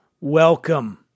Welcome